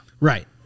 Right